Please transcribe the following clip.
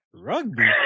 Rugby